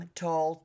tall